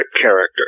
character